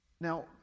Now